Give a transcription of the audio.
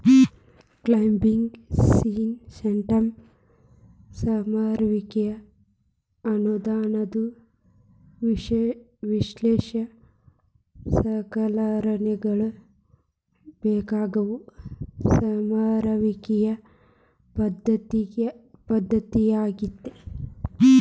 climbing systems ಸಮರುವಿಕೆ ಅನ್ನೋದು ವಿಶೇಷ ಸಲಕರಣೆಗಳ ಬೇಕಾಗೋ ಸಮರುವಿಕೆಯ ಪದ್ದತಿಯಾಗೇತಿ